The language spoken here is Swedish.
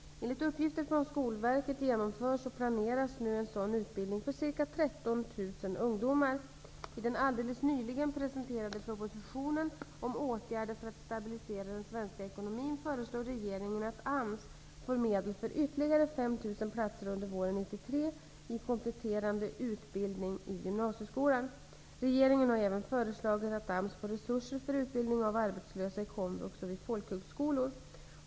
Enligt uppgifter från Skolverket genomförs och planeras nu sådan utbildning för ca 13 000 ungdomar. I den alldeles nyligen presenterade propositionen om åtgärder för att stabilisera den svenska ekonomin föreslår regeringen att AMS får medel för ytterligare 5 000 platser under våren 1993 i kompletterande utbildning i gymnasieskolan. Regeringen har även föreslagit att AMS får resurser för utbildning av arbetslösa i komvux och vid folkhögskolor.